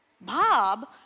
Bob